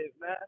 man